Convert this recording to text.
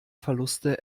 verluste